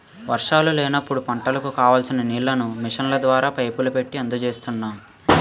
వర్షాలు లేనప్పుడు పంటలకు కావాల్సిన నీళ్ళను మిషన్ల ద్వారా, పైపులు పెట్టీ అందజేస్తున్నాం